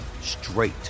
straight